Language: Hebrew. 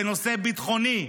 בנושא ביטחוני,